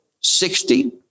sixty